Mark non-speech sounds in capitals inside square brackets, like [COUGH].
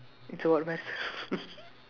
it's about Mersal [LAUGHS]